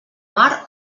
mar